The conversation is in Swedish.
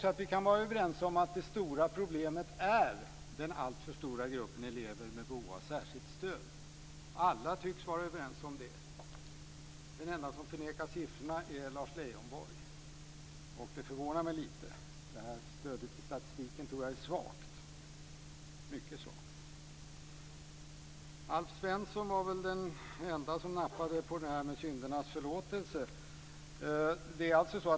Vi kan också vara överens om att det stora problemet är den alltför stora gruppen elever med behov av särskilt stöd. Alla tycks vara överens om det. Den enda som förnekar siffrorna är Lars Leijonborg. Det förvånar mig lite. Stödet i statistiken är mycket svagt. Alf Svensson var den ende som nappade på syndernas förlåtelse.